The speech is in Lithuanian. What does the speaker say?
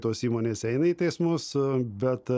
tos įmonės eina į teismus bet